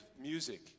music